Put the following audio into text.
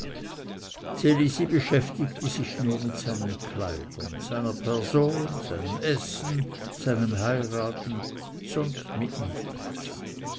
elisi beschäftigte sich nur mit seinen kleidern seiner person seinem essen seinem heiraten sonst mit nichts